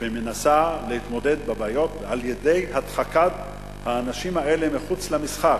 ומנסה להתמודד עם הבעיות על-ידי דחיקת האנשים האלה מחוץ למשחק,